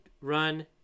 run